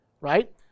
right